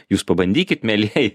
jūs pabandykit mielieji